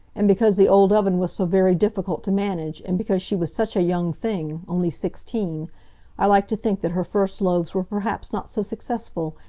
and because the old oven was so very difficult to manage, and because she was such a young thing only sixteen i like to think that her first loaves were perhaps not so successful,